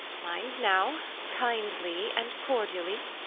mind now, kindly and cordially!